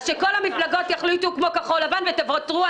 אני חושבת שכל המפלגות צריכות לוותר על